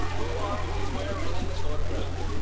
who are we wearing in this photograph?